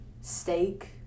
steak